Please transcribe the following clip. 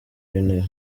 w’intebe